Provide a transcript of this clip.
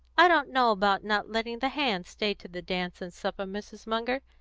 i don't know about not letting the hands stay to the dance and supper, mrs. munger.